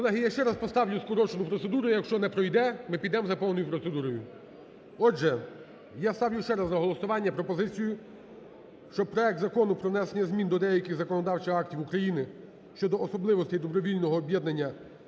Колеги, я ще раз поставлю скорочену процедуру, якщо не пройде ми підемо за повною процедурою. Отже, я ставлю ще раз на голосування пропозицію, що проект Закону про внесення змін до деяких законодавчих актів України щодо особливостей добровільного об'єднання